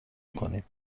کنیم